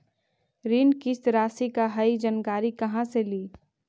ऋण किस्त रासि का हई जानकारी कहाँ से ली?